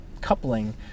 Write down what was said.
coupling